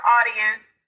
audience